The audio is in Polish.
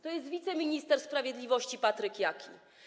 To jest wiceminister sprawiedliwości Patryk Jaki.